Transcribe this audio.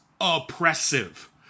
oppressive